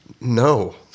No